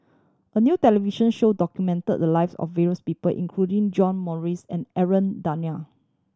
a new television show documented the lives of various people including John Morrice and Aaron